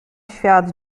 świat